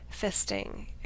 fisting